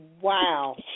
Wow